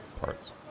parts